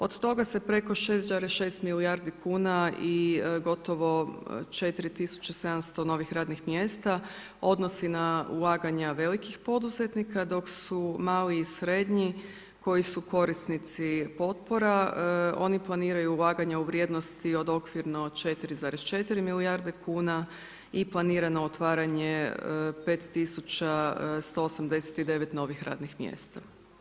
Od toga se preko 6,6 milijardi kuna i gotovo 4700 novih radnih mjesta odnosi na ulaganja velikih poduzetnika, dok su mali i srednji koji su korisnici potpora oni planiraju ulaganja u vrijednosti od okvirno 4,4 milijarde kuna i planirano otvaranje 5189 novih radnih mjesta.